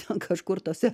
ten kažkur tose